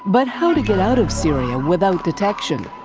but how to get out of syria without detection?